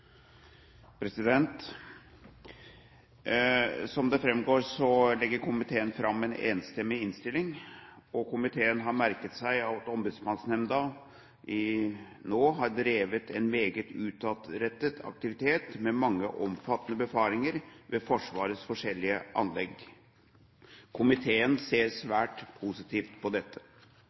Som det framgår, legger komiteen fram en enstemmig innstilling. Komiteen har merket seg at Ombudsmannsnemnda nå har drevet en meget utadrettet aktivitet med mange omfattende befaringer ved Forsvarets forskjellige anlegg. Komiteen ser svært positivt på dette.